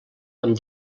amb